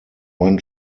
one